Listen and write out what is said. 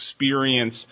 experience